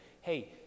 Hey